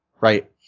right